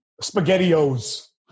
Spaghetti-Os